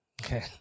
Okay